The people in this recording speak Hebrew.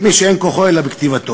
כמי שאין כוחו אלא בכתיבתו.